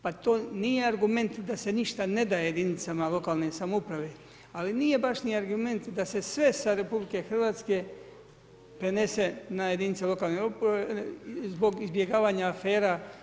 Pa to nije argument da se ništa ne daje jedinicama lokalne samouprave, ali nije baš ni argument da se sve sa RH prenese na jedinice lokalne samouprave, zbog izbjegavanja afera.